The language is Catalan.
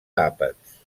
àpats